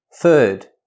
Third